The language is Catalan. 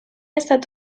estat